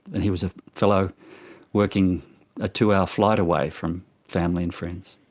and he was a fellow working a two-hour flight away from family and friends.